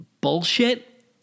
bullshit